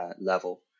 level